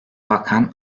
bakan